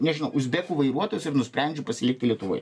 nežinau uzbekų vairuotojas ir nusprendžiu pasilikti lietuvoj